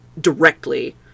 directly